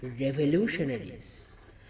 revolutionaries